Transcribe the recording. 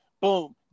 Boom